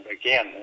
again